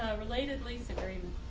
related lisa green?